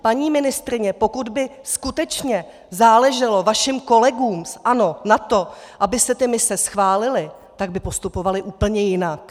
Paní ministryně, pokud by skutečně záleželo vašim kolegům z ANO na tom, aby se ty mise schválily, tak by postupovali úplně jinak.